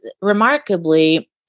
remarkably